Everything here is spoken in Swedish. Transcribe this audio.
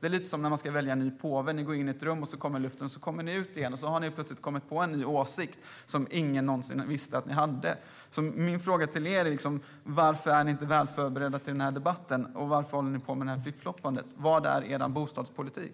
Det är lite som när en ny påve ska väljas. Ni går in i ett rum. Sedan kommer luften. Och när ni kommer ut igen har ni plötsligt en ny åsikt som ingen någonsin vetat att ni hade. Varför är ni inte väl förberedda till den här debatten? Och varför håller ni på med det här flippfloppandet? Vilken är er bostadspolitik?